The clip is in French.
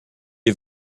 est